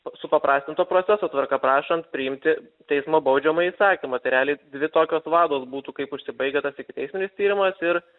supaprastinto proceso tvarka prašant priimti teismo baudžiamąjį įsakymą tai realiai dvi tokios vados būtų kaip užsibaigia tas ikiteisminis tyrimas ir